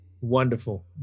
Wonderful